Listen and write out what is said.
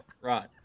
right